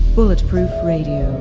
bulletproof radio.